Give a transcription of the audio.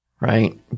Right